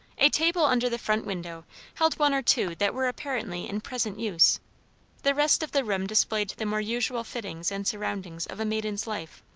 a table under the front window held one or two that were apparently in present use the rest of the room displayed the more usual fittings and surroundings of a maiden's life.